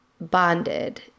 bonded